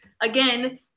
again